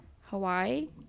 Hawaii